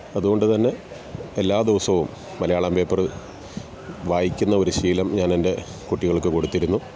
അതുകൊണ്ടുത്തന്നെ എല്ലാദിവസവും മലയാളം പേപ്പറ് വായിക്കുന്ന ഒരു ശീലം ഞാനെൻ്റെ കുട്ടികൾക്ക് കൊടുത്തിരുന്നു